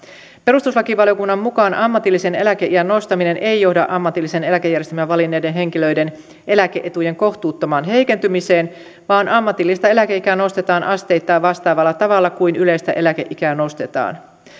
perustuslakivaliokunnan mukaan ammatillisen eläkeiän nostaminen ei johda ammatillisen eläkejärjestelmän valinneiden henkilöiden eläke etujen kohtuuttomaan heikentymiseen vaan ammatillista eläkeikää nostetaan asteittain vastaavalla tavalla kuin yleistä eläkeikää nostetaan